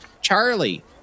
Charlie